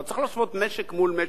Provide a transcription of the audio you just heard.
צריך להשוות משק מול משק.